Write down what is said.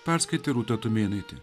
perskaitė rūta tumėnaitė